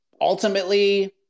Ultimately